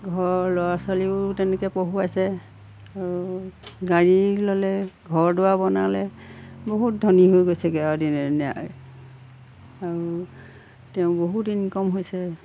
ঘৰৰ ল'ৰা ছোৱালীও তেনেকৈ পঢ়ুৱাইছে আৰু গাড়ী ল'লে ঘৰ দুৱাৰ বনালে বহুত ধনী হৈ গৈছেগৈ আৰু দিনে দিনে আৰু তেওঁ বহুত ইনকম হৈছে